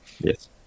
Yes